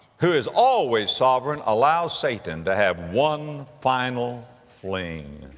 who is always sovereign, allows satan to have one final fling.